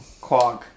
Quag